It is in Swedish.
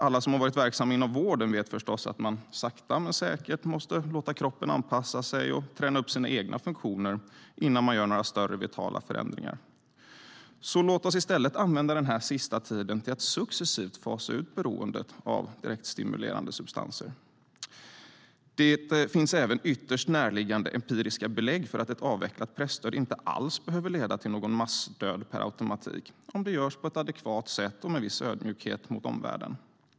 Alla som varit verksamma inom vården vet förstås att man sakta men säkert måste låta kroppen anpassa sig och träna upp sina egna funktioner innan man gör några större vitala förändringar. Låt oss därför i stället använda den här sista tiden till att successivt fasa ut beroendet av direktstimulerande substanser. Det finns även närliggande empiriska belägg för att ett avvecklat pressstöd per automatik inte alls behöver leda till någon massdöd, om det görs på ett adekvat sätt och med viss ödmjukhet mot omvärlden.